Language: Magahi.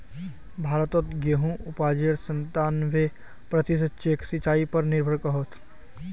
भारतोत गेहुंर उपाजेर संतानबे प्रतिशत क्षेत्र सिंचाई पर निर्भर करोह